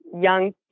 young